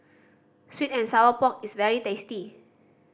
sweet and sour pork is very tasty